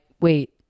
wait